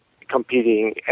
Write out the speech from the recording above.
competing